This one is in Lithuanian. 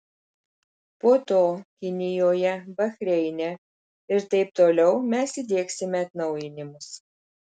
po to kinijoje bahreine ir taip toliau mes įdiegsime atnaujinimus